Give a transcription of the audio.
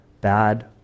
bad